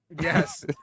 Yes